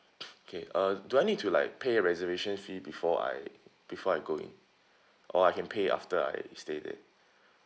okay uh do I need to like pay a reservation fee before I before I go in or I can pay after I stay there